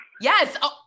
Yes